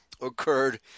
occurred